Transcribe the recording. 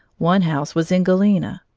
one house was in galena,